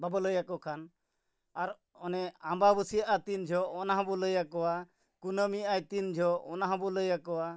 ᱵᱟᱵᱚ ᱞᱟᱹᱭ ᱟᱠᱚ ᱠᱷᱟᱱ ᱟᱨ ᱚᱱᱮ ᱟᱢᱵᱟᱵᱤᱭᱟᱜᱼᱟ ᱛᱤᱱ ᱡᱷᱚᱜ ᱚᱱᱟ ᱦᱚᱸᱵᱚ ᱞᱟᱹᱭ ᱟᱠᱚᱣᱟ ᱠᱩᱱᱟᱹᱢᱤ ᱟᱭ ᱛᱤᱱ ᱡᱷᱚᱜ ᱚᱱᱟ ᱦᱚᱸᱵᱚ ᱞᱟᱹᱭ ᱟᱠᱚᱣᱟ